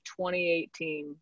2018